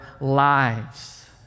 lives